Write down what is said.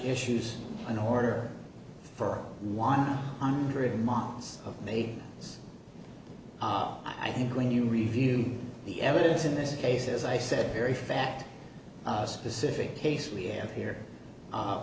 issues an order for one hundred miles of made i think when you review the evidence in this case as i said very fact specific case we have here